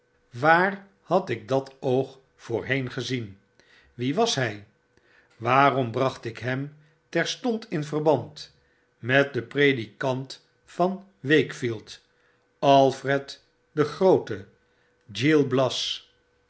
waar had ik dat oog voorheen gezien wie was hij waarom bracht ik hem terstond in verband met den predikant van wakefield alfred den groote gil bias